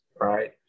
right